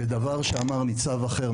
ודבר שאמר ניצב אחר,